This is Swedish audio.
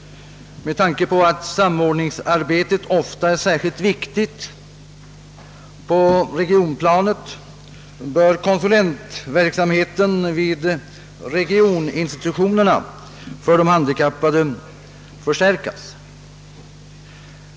Med tanke på att samordningsarbetet ofta är särskilt viktigt på regionplanet, bör konsulentverksamheten vid regionsinstitutionerna för de handikappade förstärkas.